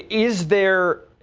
is there.